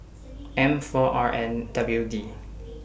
M four R N W D